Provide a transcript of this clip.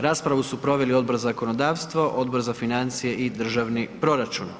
Raspravu su proveli Odbor za zakonodavstvo, Odbor za financije i državni proračun.